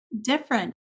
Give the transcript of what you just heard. different